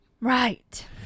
Right